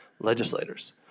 legislators